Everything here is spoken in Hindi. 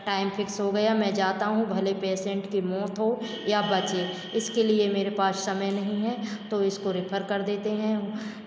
फिक्स हो गया मैं जाता हूं भले पेसेंट की मौत हो या बचे इसके लिए मेरे पास समय नहीं है तो इसको रेफर कर देते हैं